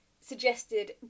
suggested